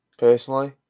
Personally